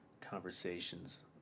conversations